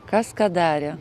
kas ką darė